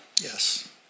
Yes